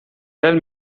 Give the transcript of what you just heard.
tell